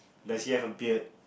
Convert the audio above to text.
does he have a beard